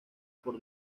por